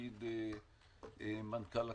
לתפקיד מנכ"ל הכנסת.